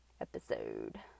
episode